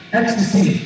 ecstasy